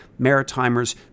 maritimers